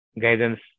guidance